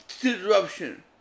disruption